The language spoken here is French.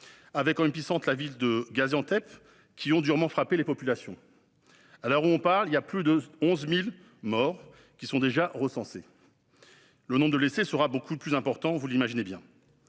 avec comme épicentre la ville de Gaziantep, qui ont durement frappé les populations. À l'heure où nous parlons, plus de 11 000 morts sont d'ores et déjà recensés. Le nombre de blessés sera beaucoup plus important, vous l'imaginez bien.